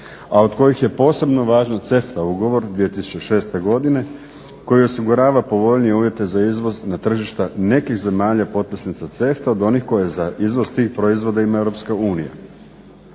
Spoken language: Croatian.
a od kojih je posebno važna CEFTA ugovor 2006.godine koji osigurava povoljnije uvjete za izvoz na tržišta nekih zemalja potpisnica CEFTA od onih koje za izvoz tih proizvoda ima EU. Kao